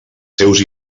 seus